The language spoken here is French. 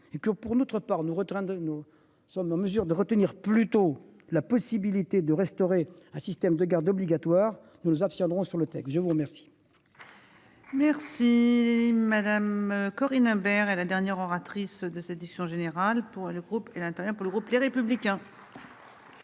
et que pour notre part nous reprendre. Nous sommes en mesure de retenir plutôt la possibilité de restaurer un système de garde obligatoire, nous nous abstiendrons sur le texte, je vous remercie. Merci. Madame Corinne Imbert et la dernière oratrice de cette discussion générale pour le groupe et l'intérêt